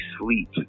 sleep